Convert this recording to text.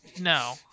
No